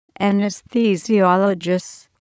Anesthesiologists